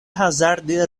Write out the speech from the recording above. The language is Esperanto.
hazarde